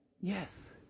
yes